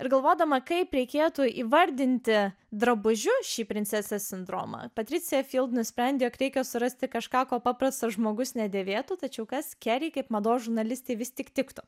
ir galvodama kaip reikėtų įvardinti drabužiu šį princesės sindromą patricija nusprendė jog reikia surasti kažką ko paprastas žmogus nedėvėtų tačiau kas keri kaip mados žurnalistė vis tik tiktų